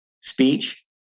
speech